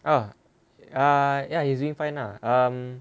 ah ah ya he's doing fine lah um